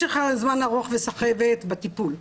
משך הזמן הארוך והסחבת בטיפול,